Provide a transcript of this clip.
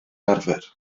arfer